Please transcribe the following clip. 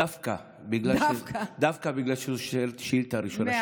דווקא בגלל שזו שאילתה ראשונה,